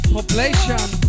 Population